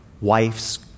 wife's